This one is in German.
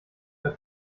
der